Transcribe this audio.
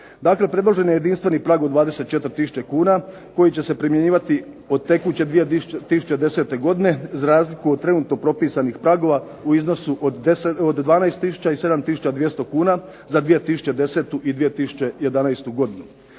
predložen je jedinstveni prag od 24 tisuće kuna koji će se primjenjivati do tekuće 2010. godine za razliku od trenutno propisanih pragova u iznosu od 12 tisuća i 7200 kuna, za 2010. i 2011. godinu.